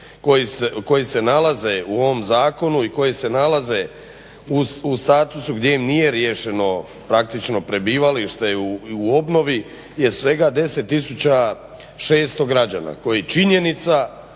koji se nalaze u ovom zakonu i koji se nalaze u statusu gdje im nije riješeno praktično prebivalište u obnovi je svega 10600 građana koji činjenica